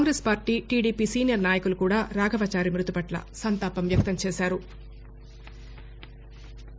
Congress party TDP senior నాయకులు కూడా రాఘవచారి మృతిపట్ల సంతాపం వ్యక్తం చేశారు